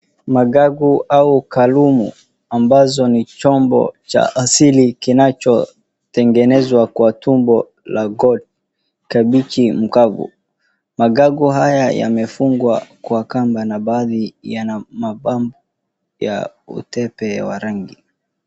Mangangu au Kalumu ambazo ni chombo cha asili kinachotengenezwa kwa tumbo la ngota mbichi mkavu. Mangangu haya yamefungwa na baadhi ya na mabampu ya utepe wa rangi.